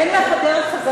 אין דרך חזרה,